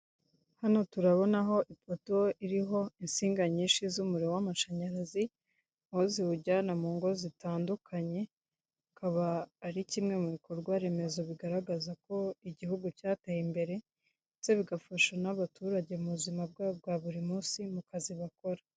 Hano turabonaho ipoto iriho insinga nyinshi z'umuriro w'amashanyarazi, aho ziwujyana mu ngo zitandukanye, akaba ari kimwe mu bikorwa remezo bigaragaza ko igihugu cyateye imbere, ndetse bigafasha n'abaturage mu buzima bwabo bwa buri munsi, mu kazi bakora.